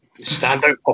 Standout